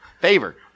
favor